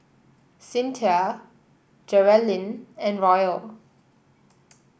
Cinthia Geralyn and Royal